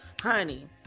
honey